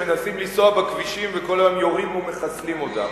שמנסים לנסוע בכבישים וכל היום יורים ומחסלים אותם.